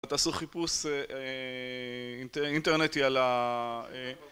תעשו חיפוש אינטרנטי על ה...